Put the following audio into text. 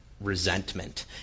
resentment